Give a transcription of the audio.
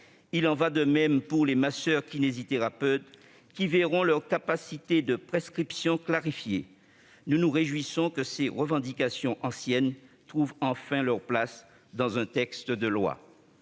Il en va de même pour les masseurs-kinésithérapeutes, qui verront leur faculté de prescription clarifiée. Nous nous réjouissons que ces revendications anciennes trouvent enfin leur place dans un texte de loi.